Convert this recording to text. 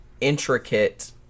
intricate